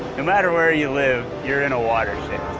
no matter where you live, you're in a watershed.